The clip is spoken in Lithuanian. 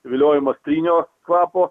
viliojamas trynio kvapo